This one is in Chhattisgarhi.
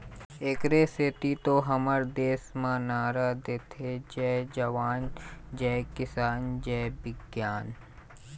एखरे सेती तो हमर देस म नारा देथे जय जवान, जय किसान, जय बिग्यान